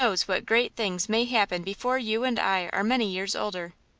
who knows what great things may happen before you and i are many years older?